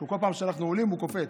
שכל פעם שאנחנו עולים הוא קופץ.